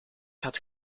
had